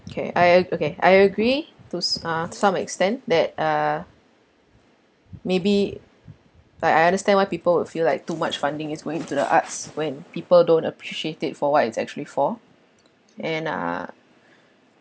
K I ag~ okay I agree to s~ uh some extent that uh maybe like I understand why people will feel like too much funding is going into the arts when people don't appreciate it for what it's actually for and uh